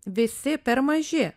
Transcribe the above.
visi per maži